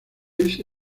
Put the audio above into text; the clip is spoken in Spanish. ese